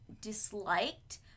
disliked